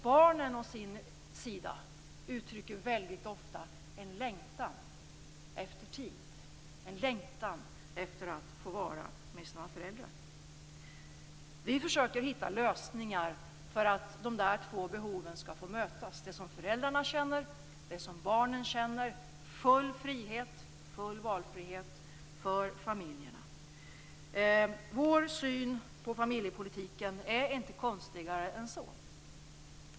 Barnen å sin sida uttrycker väldigt ofta en längtan efter tid, en längtan efter att få vara med sina föräldrar. Vi försöker hitta lösningar för att dessa två behov skall få mötas, dvs. det som föräldrarna känner och det som barnen känner. Det handlar om full valfrihet för familjerna. Vår syn på familjepolitiken är inte konstigare än så.